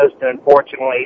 unfortunately